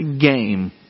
game